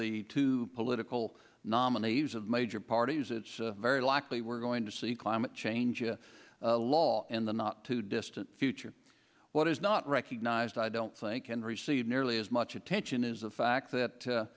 the two political nominees of major parties it's very likely we're going to see climate change a lot in the not too distant future what is not recognized i don't think can receive nearly as much attention is the fact that